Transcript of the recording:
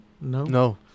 No